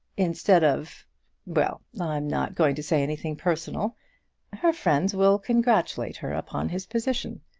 instead of well, i'm not going to say anything personal her friends will congratulate her upon his position.